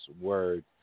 word